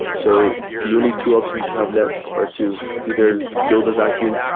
so the only two options you have left are to either build a vacuum,